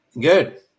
Good